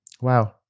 Wow